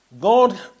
God